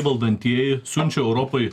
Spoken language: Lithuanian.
valdantieji siunčia europai